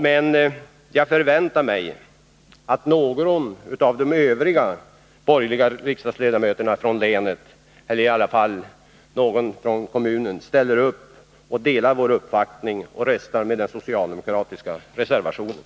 Men jag förväntar mig att någon av de övriga borgerliga riksdagsledamöterna från länet ställer upp på vår sida och röstar med den socialdemokratiska reservationen.